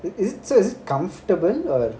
is it so is it comfortable or